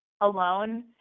alone